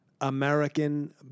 American